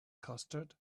custard